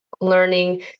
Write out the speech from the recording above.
learning